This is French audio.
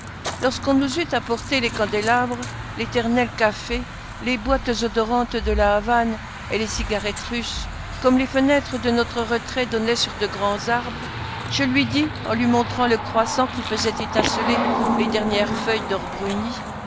lorsqu'on nous eut apporté les candélabres l'éternel café les boîtes odorantes de la havane et les cigarettes russes comme les fenêtres de notre retrait donnaient sur de grands arbres je lui dis en lui montrant le croissant qui faisait étinceler les dernières feuilles d'or bruni